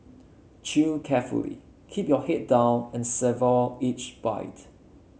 Chew carefully keep your head down and savour each bite